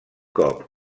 cop